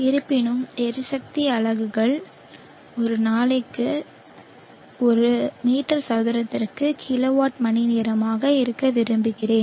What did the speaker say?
இருப்பினும் எரிசக்தி அலகுகள் ஒரு நாளைக்கு ஒரு மீட்டர் சதுரத்திற்கு கிலோவாட் மணிநேரமாக இருக்க விரும்புகிறோம்